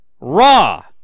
Raw